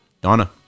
donna